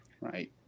Right